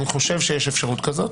אני חושב שיש אפשרות כזאת